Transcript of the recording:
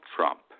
Trump